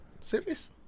serious